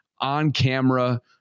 on-camera